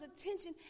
attention